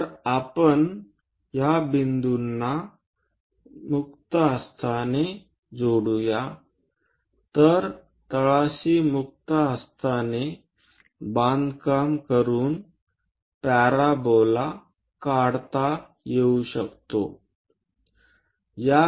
जर आपण या बिंदूंना मुक्त हस्ताने जोडूया तर तळाशी मुक्त हस्ताने बांधकाम करून पॅराबोला स्केच करू